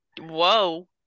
Whoa